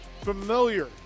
Familiar